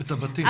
את הבתים.